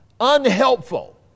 unhelpful